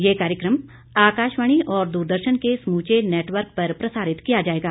यह कार्यक्रम आकाशवाणी और दूरदर्शन के समूचे नेटवर्क पर प्रसारित किया जाएगा